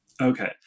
Okay